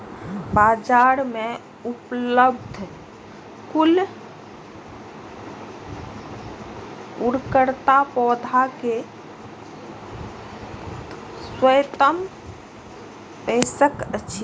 बाजार में उपलब्ध कुन उर्वरक पौधा के सर्वोत्तम पोषक अछि?